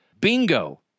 bingo